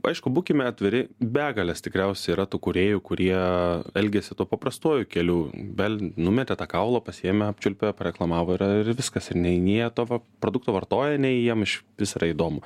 aišku būkime atviri begalės tikriausiai yra tų kūrėjų kurie elgiasi tuo paprastuoju keliu bel numetė tą kaulą pasiėmė čiulpia pareklamavo yra ir viskas ir nei nei jie to produkto vartoja nei jiem iš vis yra įdomu